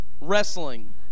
wrestling